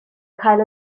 cael